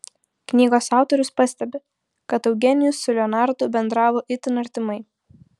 knygos autorius pastebi kad eugenijus su leonardu bendravo itin artimai